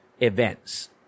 events